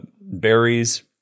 Berries